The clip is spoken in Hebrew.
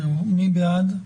מי בעד?